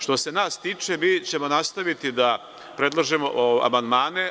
Što se nas tiče, mi ćemo nastaviti da predlažemo amandmane.